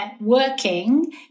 working